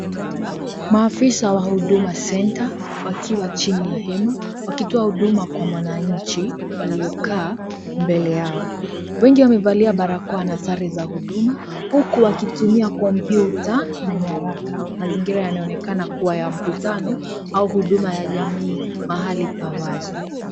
Maafisa wa Huduma Centre wakiwa chini ya hema wakitoa huduma kwa wananchi waliokaa mbele yao, wengi wamevalia barakoa na sare za huduma huku wakitumia kompyuta na nyaraka ,mazingira yanaonekana kuwa ya mkutano au huduma ya jamii mahali pa wazi.